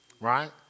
right